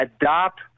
adopt